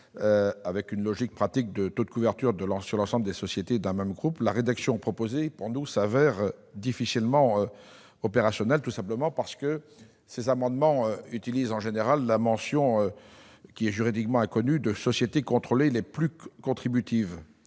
avec une logique pratique de taux de couverture sur l'ensemble des sociétés d'un même groupe, la rédaction proposée s'avère difficilement opérationnelle. La raison en est simple : ces amendements s'appuient sur la mention, juridiquement inconnue, de sociétés contrôlées les plus contributives,